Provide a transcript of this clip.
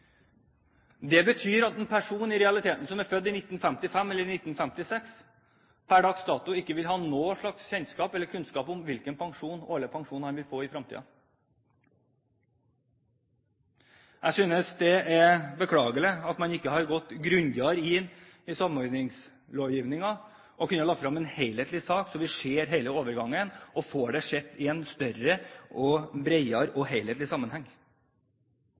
Det betyr i realiteten at en person som er født i 1955 eller 1956, pr. dags dato ikke vil ha noe slags kunnskap om hvilken årlig pensjon han vil få i fremtiden. Jeg synes det er beklagelig at man ikke har gått grundigere inn i samordningslovgivningen og lagt frem en helhetlig sak, så vi kunne ha sett hele overgangen og fått sett det i en større, bredere og mer helhetlig sammenheng.